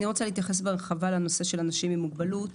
אני רוצה להתייחס בהרחבה לנושא אנשים עם מוגבלות.